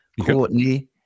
Courtney